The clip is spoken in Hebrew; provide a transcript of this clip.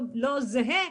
לא זהה,